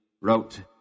wrote